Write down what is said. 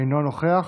אינו נוכח,